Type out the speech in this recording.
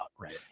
right